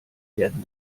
werden